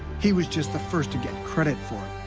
he was just the first to get credit for it.